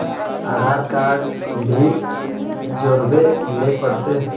आधार card भी जोरबे ले पड़ते?